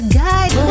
guide